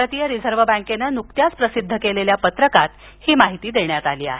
भारतीय रिझर्व्ह बँकेनं नुकत्याच प्रसिद्ध केलेल्या पत्रकात ही माहिती देण्यात आली आहे